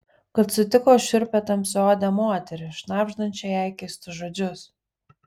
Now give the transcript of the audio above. kad sutiko šiurpią tamsiaodę moterį šnabždančią jai keistus žodžius